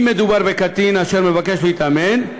אם מדובר בקטין אשר מבקש להתאמן,